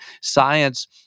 science